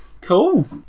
Cool